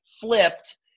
flipped